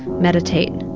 meditate. and